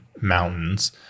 mountains